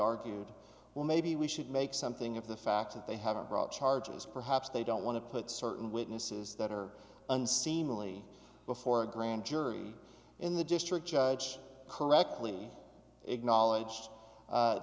argue well maybe we should make something of the fact that they haven't brought charges perhaps they don't want to put certain witnesses that are unseemly before a grand jury in the district judge correctly acknowledge